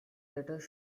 writers